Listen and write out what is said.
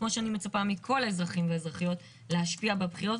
כמו שאני מצפה מכל האזרחים והאזרחיות להשפיע בבחירות.